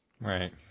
right